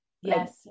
Yes